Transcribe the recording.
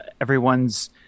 everyone's